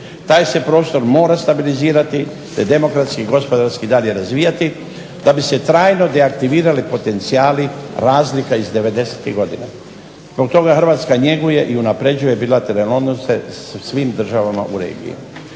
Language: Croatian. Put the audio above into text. Taj se prostor mora stabilizirati te se demokratski i gospodarski dalje razvijati, da bi se trajno deaktivirali potencijali razlika iz 90-tih godina. Zbog toga Hrvatska njeguje i unapređuje bilateralne odnose sa svim državama u regiji.